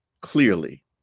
clearly